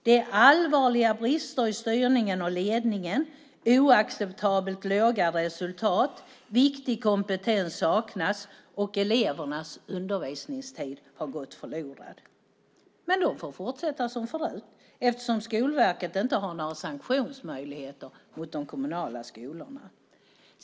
Det är "allvarliga brister i styrningen och ledningen", "oacceptabelt låga resultat", "viktig kompetens saknas" och "elevernas undervisningstid har gått förlorad". Men skolorna får fortsätta som förut eftersom Skolverket inte har några sanktionsmöjligheter mot de kommunala skolorna.